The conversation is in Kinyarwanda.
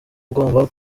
ugomba